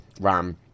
RAM